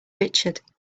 richard